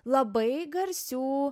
labai garsių